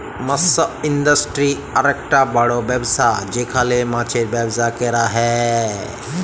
মৎস ইন্ডাস্ট্রি আককটা বড় ব্যবসা যেখালে মাছের ব্যবসা ক্যরা হ্যয়